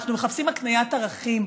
אנחנו מחפשים הקניית ערכים,